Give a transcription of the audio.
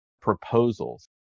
proposals